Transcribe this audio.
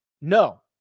No